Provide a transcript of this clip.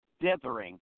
dithering